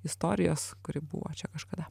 istorijos kuri buvo čia kažkada